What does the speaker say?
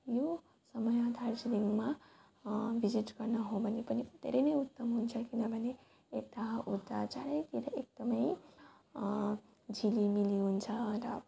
यो समयमा दार्जिलिङमा भिजिट गर्न हो भने पनि धेरै उत्तम हुन्छ किनभने यता उता चारैतिर एकदम झिलिमिली हुन्छ र